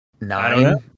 nine